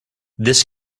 this